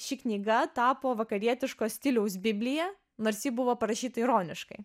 ši knyga tapo vakarietiško stiliaus biblija nors ji buvo parašyta ironiškai